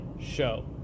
show